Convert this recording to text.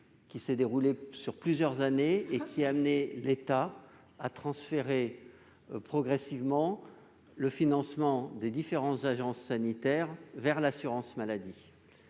qui s'est déroulé sur plusieurs années et qui a amené l'État à transférer progressivement le financement des différentes agences sanitaires vers l'assurance maladie-